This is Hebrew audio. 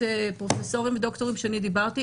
פרופסורים ודוקטורים שאני דיברתי איתם,